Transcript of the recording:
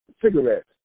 cigarettes